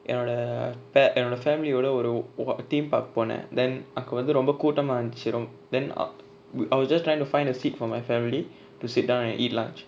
என்னோட:ennoda fa~ என்னோட:ennoda family யோட ஒரு:yoda oru oh theme park போன:pona then அங்கவந்து ரொம்ப கூட்டமா இருந்துச்சு:angavanthu romba kootama irunthuchu rom~ then uh I was just trying to find a seat for my family to sit down and eat lunch